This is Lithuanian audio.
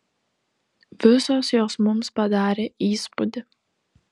visos jos mums padarė įspūdį